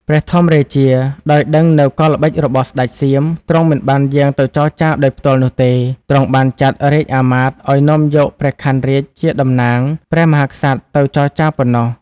ព្រះធម្មរាជា ដោយដឹងនូវកលល្បិចរបស់ស្ដេចសៀម ទ្រង់មិនបានយាងទៅចរចារដោយផ្ទាល់នោះទេ ទ្រង់បានចាត់រាជ្យអាមាត្យឱ្យនាំយកព្រះខ័នរាជជាតំណាងព្រះមហាក្សត្រទៅចរចារប៉ុនណោះ។